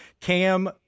Cam